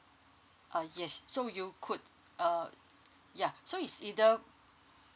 uh yes so you could uh yeah so it's either